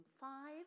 five